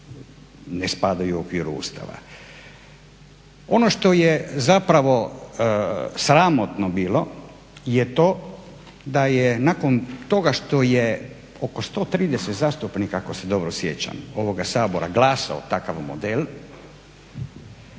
ne spadaju u okviru Ustava. Ono što je zapravo sramotno bilo je to da je nakon toga što je oko, 130 zastupnika ako se dobro sjećam ovoga Sabora izglasalo takav model,